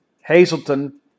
Hazleton